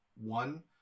one